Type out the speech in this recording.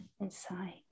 inside